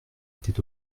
était